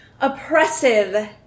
oppressive